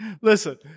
Listen